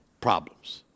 problems